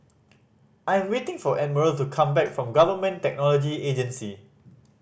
I am waiting for Admiral to come back from Government Technology Agency